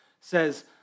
says